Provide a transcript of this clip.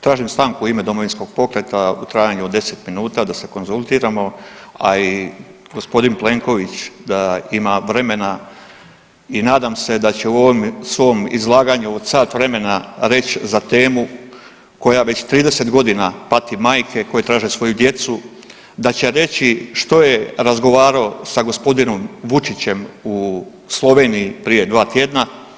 Tražim stanku i ime Domovinskog pokreta u trajanju od 10 minuta da se konzultiramo, a i gospodin Plenković da ima vremena i nadam se da će u ovom svom izlaganju od sat vremena reći za temu koja već 30 godina pati majke koje traže svoju djecu, da će reći što je razgovarao sa gospodinom Vučićem u Sloveniji prije dva tjedna.